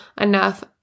enough